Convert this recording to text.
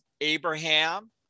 Abraham